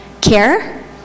care